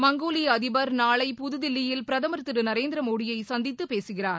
மங்கோலிய அதிபர் நாளை புதுதில்லியில் பிரதமர் திரு நரேந்திரமோடியை சந்தித்து பேசுகிறார்